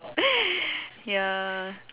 ya